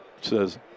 says